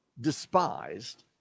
despised